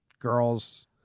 girls